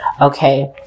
Okay